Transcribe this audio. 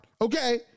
okay